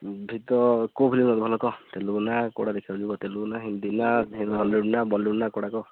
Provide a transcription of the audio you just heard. movie ତ କୋଉ ଫିଲ୍ମ୍ର ଭଲ କ ତେଲୁଗୁ ନା କୋଉଟା ଦେଖିବାକୁ ଯିବୁ ତେଲୁଗୁ ନା ହିନ୍ଦୀ ନା ହଲିଉଡ଼୍ ନା ବଲିଉଡ଼ କୋଉଟା କ